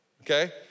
okay